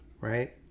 right